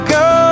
go